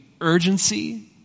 urgency